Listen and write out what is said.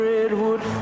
Redwood